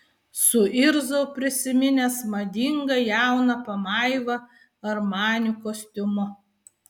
suirzau prisiminęs madingą jauną pamaivą armani kostiumu